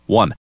one